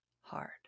hard